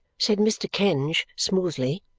said mr. kenge smoothly,